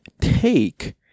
take